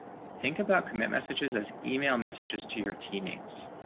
think about commit messages as email messages to your teammates,